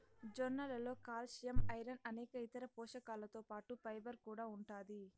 జొన్నలలో calcium, iron అనేక ఇతర పోషకాలతో పాటు ఫైబర్ కూడా ఉంటాది